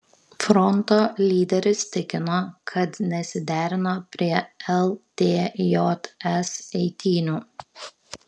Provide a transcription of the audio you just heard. fronto lyderis tikino kad nesiderino prie ltjs eitynių